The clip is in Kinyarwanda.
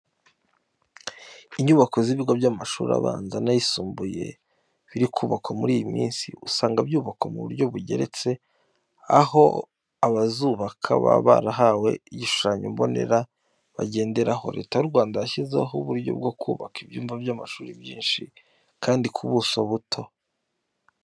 Inyubako z'ibigo by'amashuri abanza n'ayisumbuye biri kubakwa muri iyi minsi usanga byubakwa mu buryo bugeretse, aho abazubaka baba barahawe igishushanyo mbonera bagenderaho. Leta y'u Rwanda yashyizeho uburyo bwo kubaka ibyumba by'amashuri byinshi kandi ku buso buto.